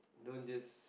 don't just